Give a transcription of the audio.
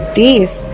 days